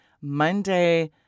Monday